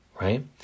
right